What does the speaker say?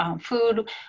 food